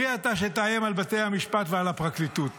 מי אתה שתאיים על בתי המשפט ועל הפרקליטות?